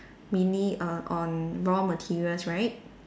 mainly err on raw materials right